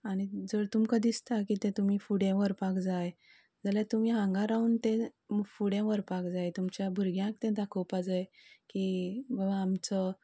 आनी जर तुमकां दिसता की तुमी फुडें व्हरपाक जाय जाल्यार तुमी हांगा रावून तें फुडें व्हरपाक जाय तुमच्या भुरग्यांक तें दाखोवपाक जाय की बाबा आमचो